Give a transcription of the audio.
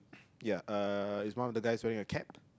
ya uh is one of the guys wearing a cap